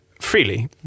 freely